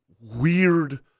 weird